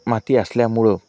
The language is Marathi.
माती असल्यामुळे